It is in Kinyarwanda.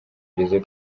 igeze